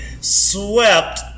swept